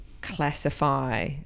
classify